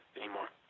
anymore